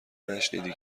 نشنیدی